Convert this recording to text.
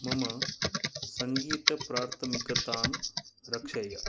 मम सङ्गीतप्राथमिकतान् रक्षय